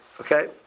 okay